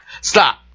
Stop